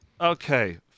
Okay